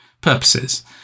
purposes